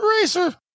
Racer